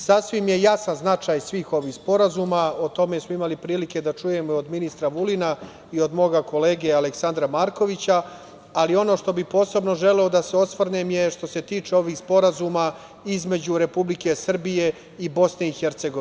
Sasvim je jasan značaj svih ovih sporazuma i o tome smo imali prilike da čujemo i od ministra Vulina i od mog kolege, Aleksandra Markovića, ali ono što bih posebno želeo, jeste da se osvrnem na sporazume između Republike Srbije i Bosne i Hercegovine.